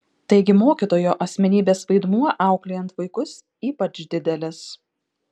taigi mokytojo asmenybės vaidmuo auklėjant vaikus ypač didelis